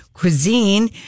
Cuisine